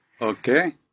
Okay